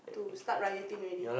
to start rioting already